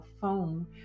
phone